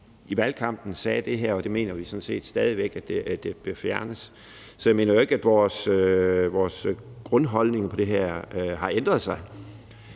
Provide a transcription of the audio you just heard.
i valgkampen sagde: Det her mener vi sådan set stadig væk bør fjernes. Så jeg mener jo ikke, at vores grundholdning har ændret sig.